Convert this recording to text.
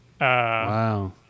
Wow